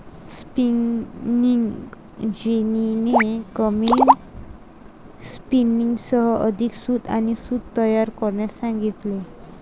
spinning जेनीने कमी स्पिनर्ससह अधिक सूत आणि सूत तयार करण्यास सांगितले